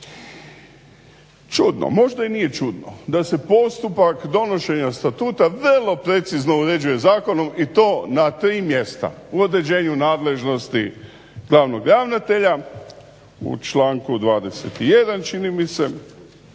Čudno, možda i nije čudno da se postupak donošenja statuta vrlo precizno uređuje zakonom i to na tri mjesta. U određenu nadležnosti glavnog ravnatelja u članku 21.čini mi se